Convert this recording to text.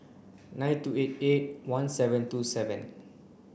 nine two eight eight one seven two seven